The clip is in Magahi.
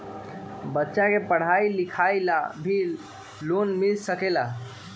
बच्चा के पढ़ाई लिखाई ला भी लोन मिल सकेला?